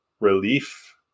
relief